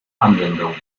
anwendung